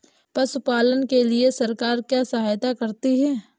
पशु पालन के लिए सरकार क्या सहायता करती है?